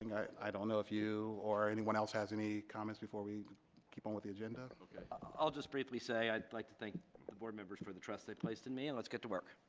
i don't know if you or anyone else have any comments before we keep on with the agenda ok i'll just briefly say i'd like to thank the board members for the trust placed in me and let's get to work.